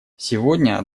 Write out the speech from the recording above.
сегодня